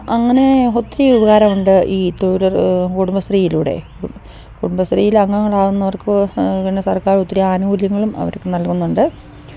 അങ്ങനെ ഒത്തിരി ഉപകാരമുണ്ട് ഈ കുടുംബശ്രീയിലൂടെ കുടുംബശ്രീയില് അംഗങ്ങളാകുന്നവര്ക്ക് പിന്നെ സർക്കാര് ഒത്തിരി ആനുകൂല്യങ്ങളും അവർക്ക് നൽകുന്നുണ്ട്